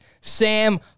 Sam